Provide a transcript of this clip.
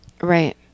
Right